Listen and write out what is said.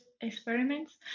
experiments